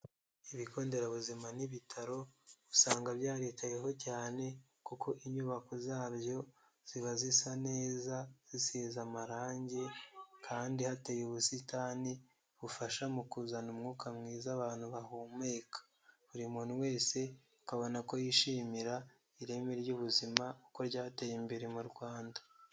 Ibigo nderabuzima n'ibitaro usanga byaritaweho cyane kuko inyubako zabyo ziba zisa neza, zisize amarangi, kandi hateye ubusitani bufasha mu kuzana umwuka mwiza abantu bahumeka. Buri muntu wese ukabona ko yishimira ireme ry'ubuzima kuko ryateye imbere mu Rwanda.